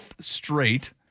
straight